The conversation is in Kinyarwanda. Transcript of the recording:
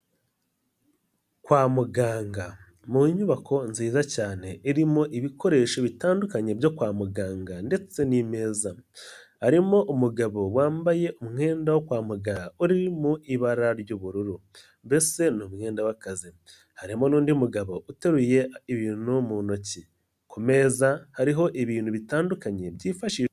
Kwa muganga mu nyubako nziza cyane irimo ibikoresho bitandukanye byo kwa muganga ndetse n'imeza, harimo umugabo wambaye umwenda wo kwamagara uri mu ibara ry'ubururu, mbese ni umwenda w'akazi, harimo n'undi mugabo uteruye ibintu mu ntoki, ku meza hariho ibintu bitandukanye byifashishwa.